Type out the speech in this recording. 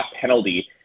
penalty